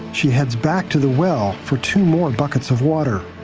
she heads back to the well for two more buckets of water.